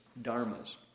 dharmas